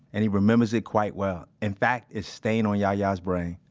and he remembers it quite well. in fact, it's stained on yahya's brain